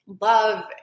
love